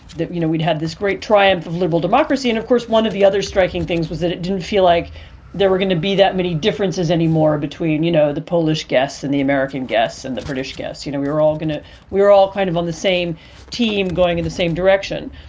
you know, we'd had this great triumph of liberal democracy. and of course, one of the other striking things was that it didn't feel like there were going to be that many differences anymore between, you know, the polish guests and the american guests and the british guests. you know, we were all going to we were all kind of on the same team, going in the same direction.